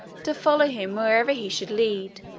to follow him wherever he should lead.